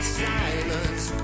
silence